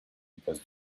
because